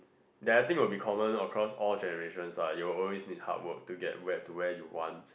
that I think will be common across all generations ah you all always need hard work to get where to where you want